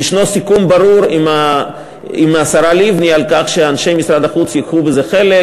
יש סיכום ברור עם השרה לבני על כך שאנשי משרד החוץ ייקחו בזה חלק,